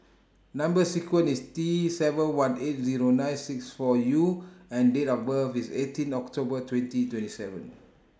Number sequence IS T seven one eight Zero nine six four U and Date of birth IS eighteen October twenty twenty seven